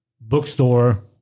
Bookstore